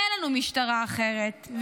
אין לנו משטרה אחרת,